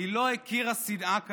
היא לא הכירה שנאה כזאת.